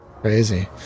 Crazy